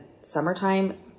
summertime